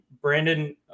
Brandon